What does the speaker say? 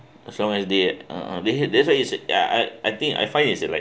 as long as they uh !huh! they had that's why is ya I I think I find it's like